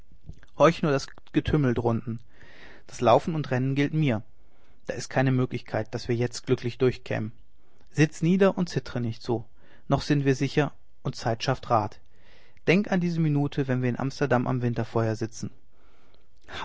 horch nur das getümmel drunten das laufen und rennen gilt mir da ist keine möglichkeit daß wir jetzt glücklich durchkämen sitz nieder und zittere nicht so noch sind wir sicher und zeit schafft rat denk an diese minuten wenn wir in amsterdam am winterfeuer sitzen